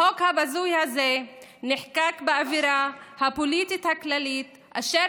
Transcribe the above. החוק הבזוי הזה נחקק באווירה הפוליטית הכללית אשר